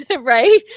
Right